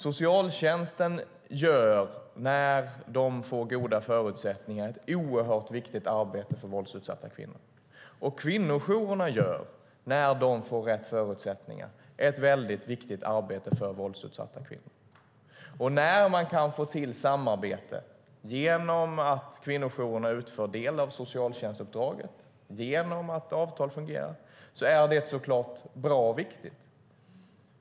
Socialtjänsten gör, när de får goda förutsättningar, ett oerhört viktigt arbete för våldsutsatta kvinnor. Kvinnojourerna gör, när de får rätt förutsättningar, ett väldigt viktigt arbete för våldsutsatta kvinnor. När man kan få till samarbete genom att kvinnojourerna utför en del av socialtjänstuppdraget och genom att avtal fungerar är det såklart bra och viktigt.